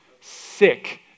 Sick